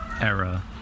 era